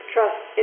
trust